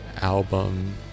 album